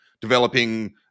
developing